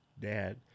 dad